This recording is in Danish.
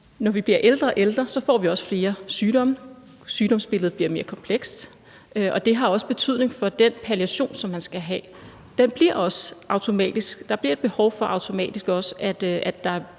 når vi bliver ældre og ældre, får vi også flere sygdomme. Sygdomsbilledet bliver mere komplekst, og det har også betydning for den palliation, som man skal have. Der bliver automatisk også et behov for, at der